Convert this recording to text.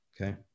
okay